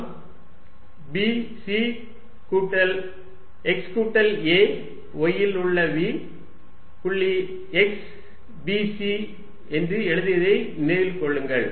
நாம் b c கூட்டல் x கூட்டல் a y z ல் உள்ள v புள்ளி x b c என்று எழுதியதை நினைவில் கொள்ளுங்கள்